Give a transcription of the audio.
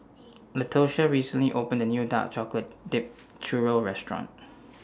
Latosha recently opened A New Dark Chocolate Dipped Churro Restaurant